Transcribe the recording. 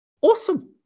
awesome